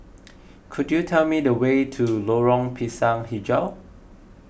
could you tell me the way to Lorong Pisang HiJau